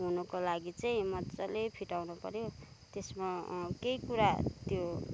हुनुको लागि चाहिँ मज्जाले फिटाउनु पऱ्यो त्यसमा केही कुरा त्यो